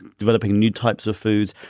developing new types of foods.